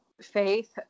Faith